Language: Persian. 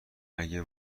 اگر